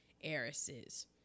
heiresses